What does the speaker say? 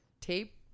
tape